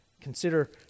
Consider